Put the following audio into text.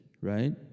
right